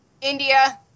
India